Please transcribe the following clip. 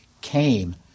came